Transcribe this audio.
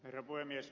herra puhemies